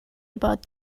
about